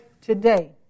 today